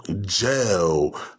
jail